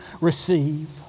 receive